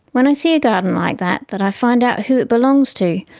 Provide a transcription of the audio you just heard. when i see a garden like that that i find out who it belongs to,